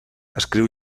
escriu